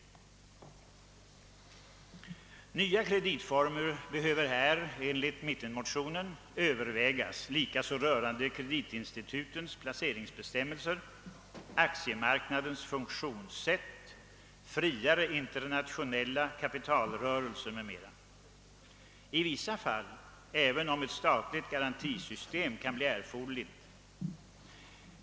Nya kreditformer behöver här enligt mittenmotionen övervägas liksom också olika frågor rörande kreditinstitutens placeringsbestämmelser, aktiemarknadens funktionssätt, friare internationella kapitalrörelser m.m. — i vissa fall även om ett statlig garantisystem kan bli erforderligt.